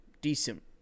decent